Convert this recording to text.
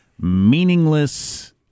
meaningless